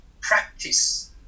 practice